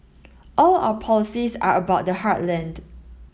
all our policies are about the heartland